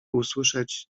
usłyszeć